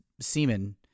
semen